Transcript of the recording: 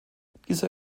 dieser